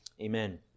Amen